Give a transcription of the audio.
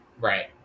right